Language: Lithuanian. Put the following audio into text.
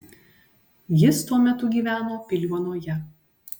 jis tuo metu gyveno piliuonoje